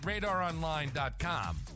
radaronline.com